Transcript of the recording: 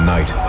Night